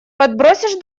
подбросишь